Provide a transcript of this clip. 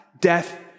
death